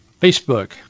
Facebook